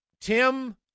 Tim